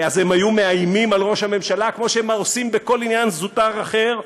אז הם היו מאיימים על ראש הממשלה כמו שהם עושים בכל עניין זוטר אחר,